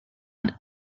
and